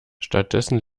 stattdessen